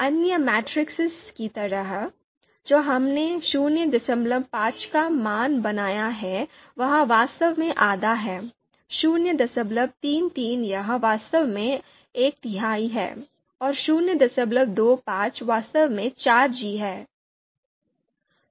अन्य मेट्रिसेस की तरह जो हमने 05 का मान बनाया है वह वास्तव में 12 है 033 यह वास्तव में 13 है और 025 वास्तव में 4 जी है